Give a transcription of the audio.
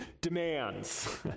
demands